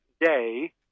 day